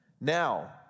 Now